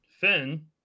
finn